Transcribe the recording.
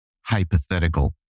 hypothetical